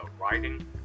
writing